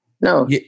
No